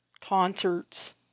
concerts